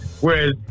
whereas